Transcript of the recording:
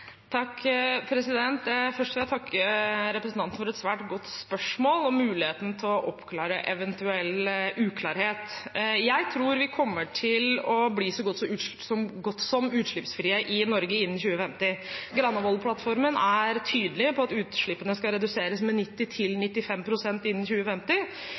Først vil jeg takke representanten for et svært godt spørsmål og muligheten til å oppklare eventuell uklarhet. Jeg tror vi kommer til å bli så godt som utslippsfrie i Norge innen 2050. Granavolden-plattformen er tydelig på at utslippene skal reduseres med 90–95 pst. innen 2050.